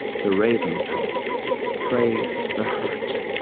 the raven talk praise the hurt,